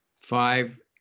five